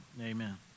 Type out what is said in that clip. amen